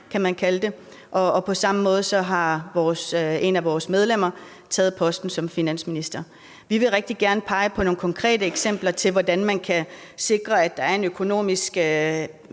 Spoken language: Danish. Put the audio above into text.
kan man kalde det, og på samme måde har et af vores medlemmer taget posten som finansminister. Vi vil rigtig gerne pege på nogle konkrete eksempler på, hvordan man kan sikre en økonomisk